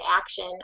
action